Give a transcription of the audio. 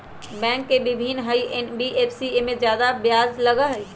Bank से भिन्न हई एन.बी.एफ.सी इमे ब्याज बहुत ज्यादा लगहई?